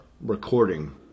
recording